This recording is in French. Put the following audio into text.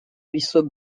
ruisseaux